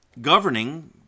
governing